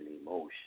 emotion